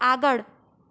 આગળ